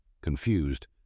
Confused